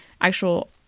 actual